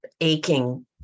aching